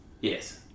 Yes